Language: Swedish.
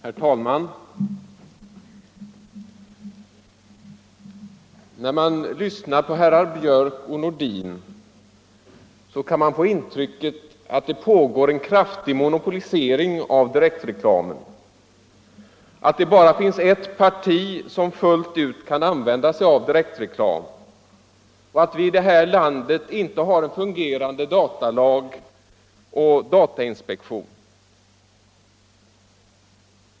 Herr talman! När man lyssnar på herr Björck i Nässjö och herr Nordin kan man få intrycket att det pågår en kraftig monopolisering av direktreklamen, att det bara finns ett parti som fullt ut kan använda sig av direktreklam och att vi i det här landet inte har en fungerande datalag 2 parti att inneha ägarintressen i direktreklamföretag och datainspektion.